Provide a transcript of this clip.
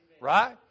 Right